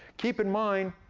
keep in mind,